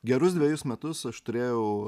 gerus dvejus metus aš turėjau